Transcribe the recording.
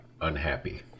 unhappy